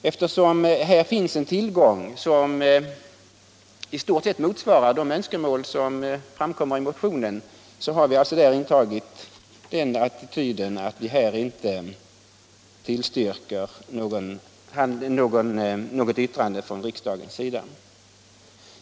Eftersom här finns en tillgång som i stort sett motsvarar de önskemål som framförs i motionen har vi i utskottet alltså intagit den attityden att vi här inte tillstyrker något uttalande från riksdagens sida.